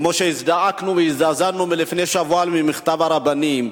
כמו שהזדעקנו והזדעזענו לפני שבוע ממכתב הרבנים,